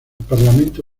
parlamento